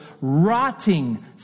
rotting